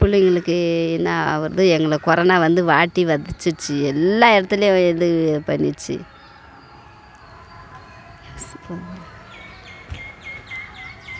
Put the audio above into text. பிள்ளைகளுக்கு என்ன ஆகிறது எங்களுக்கு கொரோனா வந்து வாட்டி வதச்சிடுச்சி எல்லா இடத்துலயும் இது பண்ணிடுச்சி யோசிப்போமா